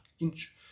inch